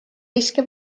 riske